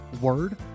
word